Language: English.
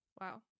Wow